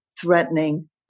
threatening